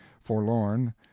forlorn